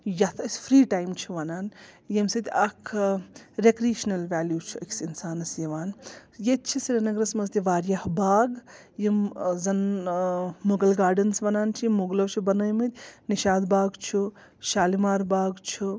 یَتھ أسۍ free time چھِ وَنان ییٚمہِ سۭتۍ اَکھ ریکریشنَل ویلیو چھُ أکِس اِنسانَس یِوان ییٚتہِ چھِ سرینگرَس منٛز تہِ واریاہ باغ یِم زَن مُغل گارڈنٕز وَنان چھِ یِم مُغلو چھِ بَنٲومٕتۍ نِشاط باغ چھُ شالمار باغ چھُ